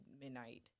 midnight